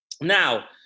now